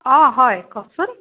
অ হয় কওকচোন